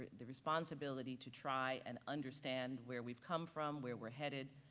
the responsibility to try and understand where we've come from, where we're headed,